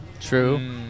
True